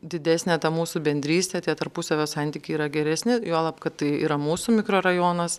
didesnė ta mūsų bendrystė tie tarpusavio santykiai yra geresni juolab kad tai yra mūsų mikrorajonas